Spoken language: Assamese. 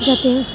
যাতে